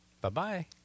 Bye-bye